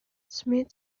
smith